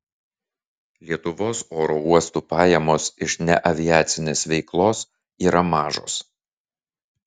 lietuvos oro uostų pajamos iš neaviacinės veiklos yra mažos